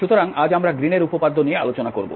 সুতরাং আজ আমরা গ্রীন এর উপপাদ্য নিয়ে আলোচনা করব